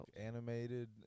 animated